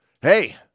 hey